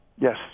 Yes